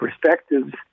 perspectives